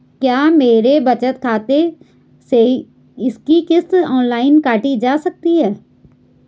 क्या मेरे बचत खाते से इसकी किश्त ऑनलाइन काटी जा सकती है?